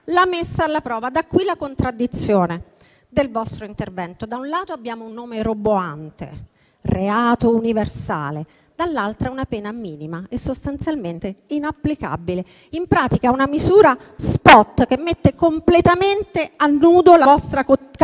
la messa alla prova. Da ciò deriva la contraddizione del vostro intervento: da un lato abbiamo un nome roboante (reato universale), dall'altro una pena minima e sostanzialmente inapplicabile. In pratica, si tratta di una misura spot che mette completamente a nudo la vostra cattiva